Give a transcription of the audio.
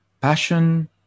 passion